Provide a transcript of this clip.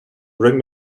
bring